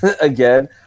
Again